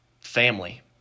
family